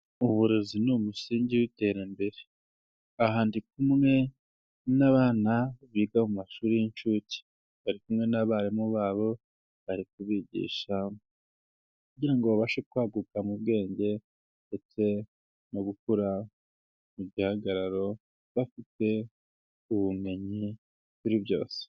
Uburezi ni umusingi w'iterambere, aha ndi kumwe n'abana biga mu mashuri y'inshuke bari kumwe n'abarimu babo, bari kubigisha kugira ngo babashe kwaguka mu bwenge ndetse no gukura mu gihagararo bafite ubumenyi kuri byose.